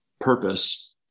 purpose